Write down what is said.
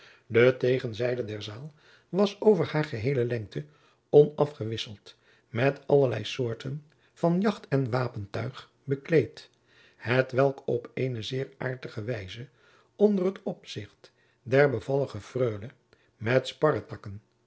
de tegenzijde der zaal was over haar geheele lengte onafgewisseld met allerlei soorten van jacht en wapentuig bekleed hetwelk op eene zeer aartige wijze onder het opzicht der bevallige freule met